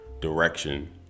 direction